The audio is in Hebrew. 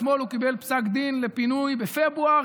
אתמול הוא קיבל פסק דין לפינוי בפברואר,